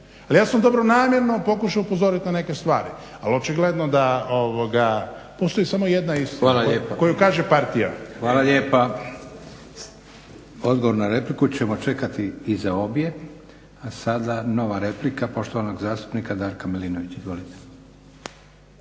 Ali ja sam dobronamjerno pokušao upozoriti na neke stvari, ali očigledno da postoji samo jedna istina koju kaže partija. **Leko, Josip (SDP)** Hvala lijepa. Odgovor na repliku ćemo čekati iza obje. A sada nova replika poštovanog zastupnika Darka Milinovića. Izvolite.